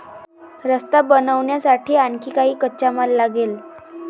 रस्ता बनवण्यासाठी आणखी काही कच्चा माल लागेल